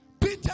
Peter